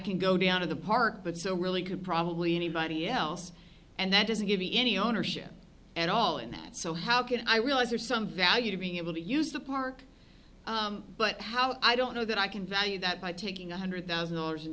can go down to the park but so really could probably anybody else and that doesn't give me any ownership and all in that so how can i realize there's some value to being able to use the park but how i don't know that i can value that by taking a hundred thousand dollars